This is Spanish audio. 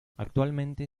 actualmente